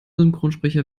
synchronsprecher